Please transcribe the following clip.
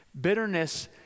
Bitterness